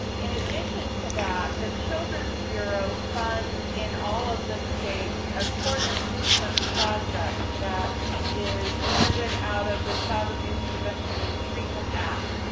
in addition to that, the children's bureau funds in all of the states a court improvement project that is funded out of the child abuse prevention and treatment act.